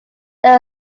there